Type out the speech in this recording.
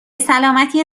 سلامتی